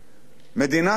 מדינת ישראל